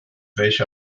welche